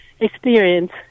experience